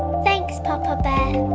thanks, papa bear.